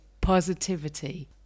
positivity